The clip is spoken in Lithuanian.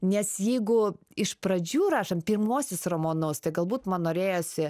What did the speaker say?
nes jeigu iš pradžių rašant pirmuosius romanus tai galbūt man norėjosi